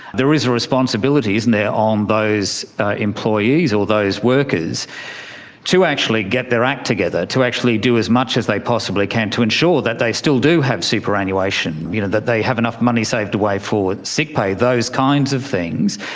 there is a responsibility, isn't there, on um those employees or those workers to actually get their act together, to actually do as much as they possibly can to ensure that they still do have superannuation, you know that they have enough money saved away for sick pay, those kinds of things.